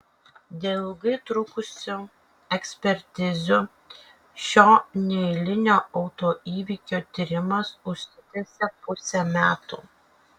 dėl ilgai trukusių ekspertizių šio neeilinio autoįvykio tyrimas užsitęsė pusę metų